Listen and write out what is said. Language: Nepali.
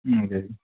हजुर